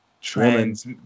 trans